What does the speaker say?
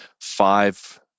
five